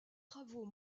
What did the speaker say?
travaux